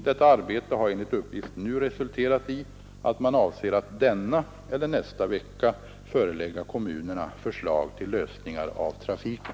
Detta arbete har enligt uppgift nu resulterat i att man avser att denna eller nästa vecka förelägga kommunerna förslag till lösningar av trafiken.